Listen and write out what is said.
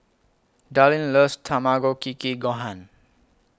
Dallin loves Tamago Kake Gohan